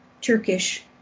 Turkish